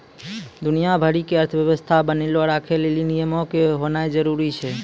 दुनिया भरि के अर्थव्यवस्था बनैलो राखै लेली नियमो के होनाए जरुरी छै